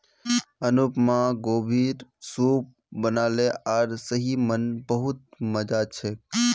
अनुपमा गोभीर सूप बनाले आर सही म न बहुत मजा छेक